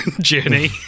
journey